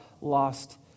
lost